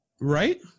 Right